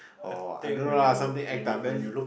or I don't know lah something act that man